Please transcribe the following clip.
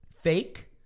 fake